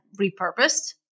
repurposed